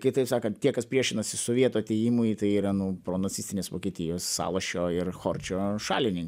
kai taip sakant tie kas priešinasi sovietų atėjimui tai yra nu pronacistinės vokietijos salošio ir chorčio šalininkai